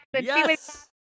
Yes